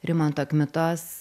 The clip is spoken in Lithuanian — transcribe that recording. rimanto kmitos